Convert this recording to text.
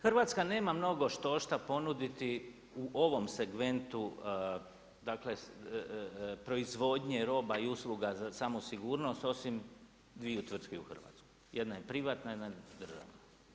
Hrvatska nema mnogo štošta ponuditi u ovom segmentu dakle proizvodnje robe i usluga za samu sigurnost osim dviju tvrtki u Hrvatskoj, jedna je privatna, jedna je državna.